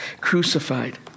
crucified